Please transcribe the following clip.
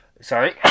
Sorry